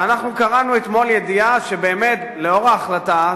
ואנחנו קראנו אתמול ידיעה שלאור ההחלטה,